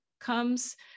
comes